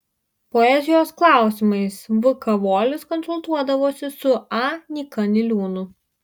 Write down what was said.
poezijos klausimais v kavolis konsultuodavosi su a nyka niliūnu